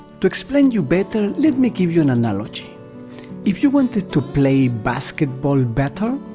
to explain you better let me give you an analogy if you wanted to play basketball better,